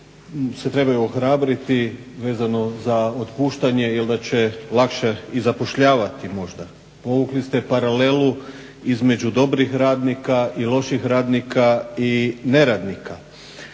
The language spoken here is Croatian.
se trebaju ohrabriti vezano za otpuštanje jer da će lakše i zapošljavati možda. Povukli ste paralelu između dobrih radnika i loših radnika i neradnika.